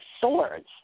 Swords